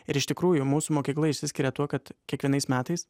ir iš tikrųjų mūsų mokykla išsiskiria tuo kad kiekvienais metais